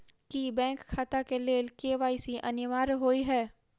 की bank खाता केँ लेल के.वाई.सी अनिवार्य होइ हएत?